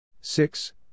six